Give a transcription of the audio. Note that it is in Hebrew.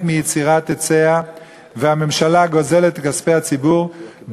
מיצירת היצע והממשלה גוזלת את כספי הציבור,